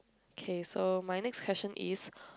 okay so my next question is